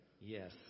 Yes